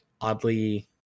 Oddly